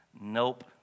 Nope